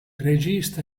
regista